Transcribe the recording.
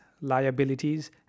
liabilities